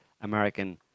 American